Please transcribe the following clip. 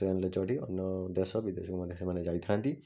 ଟ୍ରେନ୍ରେ ଚଢ଼ି ଅନ୍ୟ ଦେଶ ବିଦେଶକୁ ମଧ୍ୟ ଯାଇଥାନ୍ତି